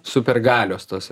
supergalios tos